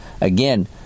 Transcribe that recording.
Again